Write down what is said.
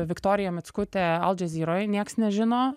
viktorija mickutė al džiazyroj nieks nežino